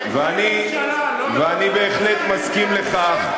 ואני בהחלט מסכים לכך,